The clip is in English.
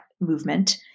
movement